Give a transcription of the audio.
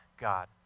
God